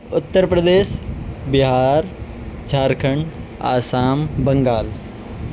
Uttar Pradesh Bihar Jharkhand Assam Bengal